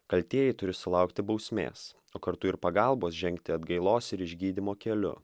kaltieji turi sulaukti bausmės o kartu ir pagalbos žengti atgailos ir išgydymo keliu